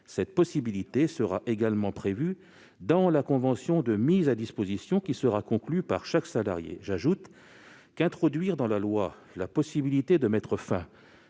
cette possibilité sera également prévue dans la convention de mise à disposition qui sera conclue par chaque salarié. J'ajoute qu'introduire dans la loi la faculté de mettre fin